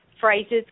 phrases